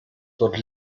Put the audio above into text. dort